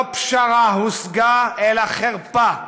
לא פשרה הושגה אלא חרפה.